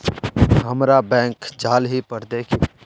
हमरा बैंक जाल ही पड़ते की?